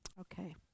Okay